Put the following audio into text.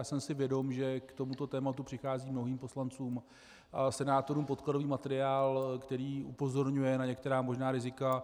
Jsem si vědom, že k tomuto tématu přichází mnohým poslancům a senátorům podkladový materiál, který upozorňuje na některá možná rizika.